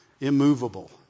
immovable